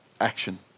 action